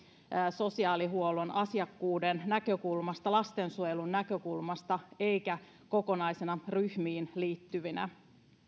sosiaalihuollon asiakkuuden näkökulmasta lastensuojelun näkökulmasta eikä kokonaisiin ryhmiin liittyvinä